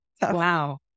Wow